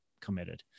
committed